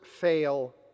fail